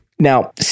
Now